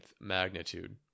magnitude